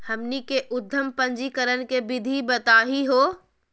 हमनी के उद्यम पंजीकरण के विधि बताही हो?